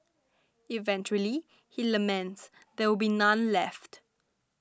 eventually he laments there will be none left